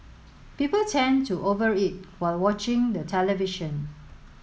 people tend to over eat while watching the television